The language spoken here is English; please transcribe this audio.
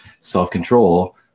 self-control